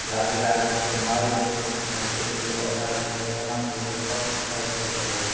जाल गिराके फेर मारल जाइ छै जेनाकि एक किलो आधा किलो पाना किलो सब साइज कऽ भऽ जाइ छै